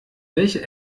welche